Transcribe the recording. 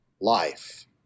life